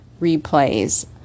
replays